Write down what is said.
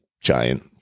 giant